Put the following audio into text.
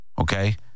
okay